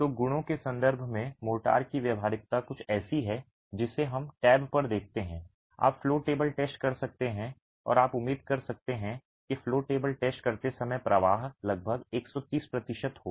तो गुणों के संदर्भ में मोर्टार की व्यावहारिकता कुछ ऐसी है जिसे हम टैब पर रखते हैं आप फ्लो टेबल टेस्ट कर सकते हैं और आप उम्मीद करते हैं कि फ्लो टेबल टेस्ट करते समय प्रवाह लगभग 130 प्रतिशत हो